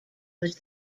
was